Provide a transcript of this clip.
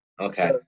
Okay